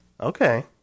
Okay